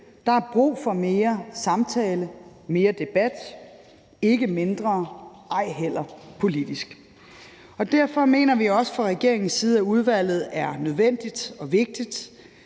Der er brug for mere samtale, mere debat – ikke mindre, ej heller politisk. Derfor mener vi også fra regeringens side, at udvalget er nødvendigt og vigtigt.